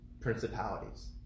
principalities